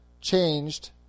changed